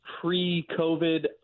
Pre-COVID